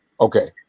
okay